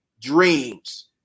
dreams